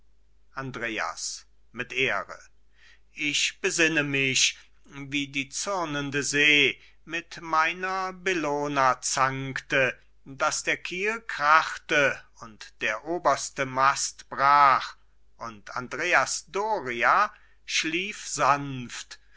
andreas mit ehre ich besinne mich wie die zürnende see mit meiner bellona zankte daß der kiel krachte und der oberste mast brach und andreas doria schlief sanft